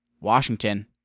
Washington